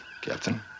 Captain